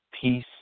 peace